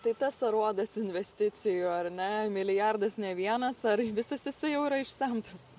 tai tas aruodas investicijų ar ne milijardas ne vienas ar visas jisai jau yra išsemtas